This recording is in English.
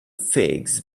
figs